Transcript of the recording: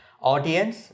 audience